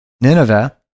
Nineveh